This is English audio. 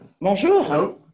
Bonjour